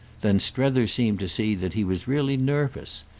then strether seemed to see that he was really nervous,